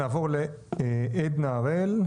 בואו נעבור לעדנה הראל,